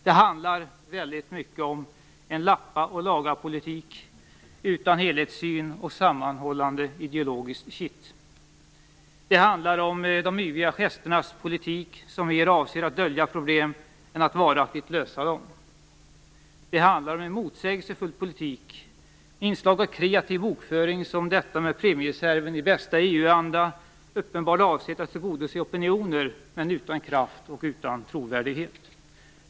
Det handlar väldigt mycket om en lappa-ochlaga-politik utan någon helhetssyn eller något sammanhållande ideologiskt kitt. Det handlar om de yviga gesternas politik, som mer avser att dölja problem än att varaktigt lösa dem. Det handlar om en motsägelsefull politik med inslag av kreativ bokföring, t.ex. detta med premiereserven - i bästa EU-anda uppenbarligen avsedd för att tillgodose opinioner, men utan kraft och trovärdighet.